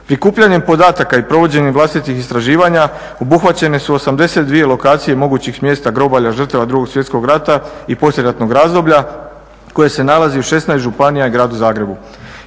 Prikupljanjem podataka i provođenjem vlastitih istraživanja obuhvaćene su 82 lokacije mogućih mjesta grobalja žrtava 2.svjetskog rata i poslijeratnog razdoblja koje se nalazi u 16 županija i Gradu Zagrebu.